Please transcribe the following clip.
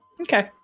Okay